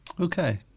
Okay